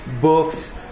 books